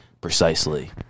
Precisely